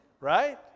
Right